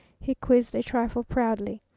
he quizzed a trifle proudly.